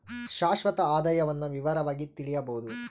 ಶಾಶ್ವತ ಆದಾಯವನ್ನು ವಿವರವಾಗಿ ತಿಳಿಯಬೊದು